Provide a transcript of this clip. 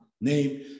name